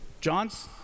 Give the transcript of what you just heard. John's